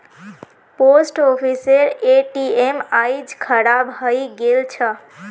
post ऑफिसेर ATM आइज खराब हइ गेल छ